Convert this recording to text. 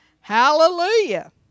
Hallelujah